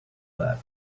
that